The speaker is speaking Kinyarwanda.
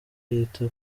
yita